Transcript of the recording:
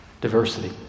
diversity